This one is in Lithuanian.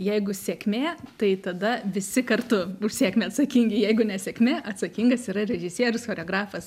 jeigu sėkmė tai tada visi kartu už sėkmę atsakingi jeigu nesėkmė atsakingas yra režisierius choreografas